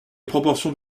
proportions